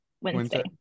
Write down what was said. Wednesday